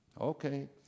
Okay